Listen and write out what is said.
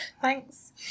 Thanks